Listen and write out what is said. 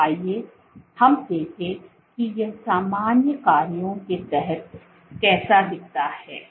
तो आइए हम देखें कि यह सामान्य कार्यों के तहत कैसा दिखता है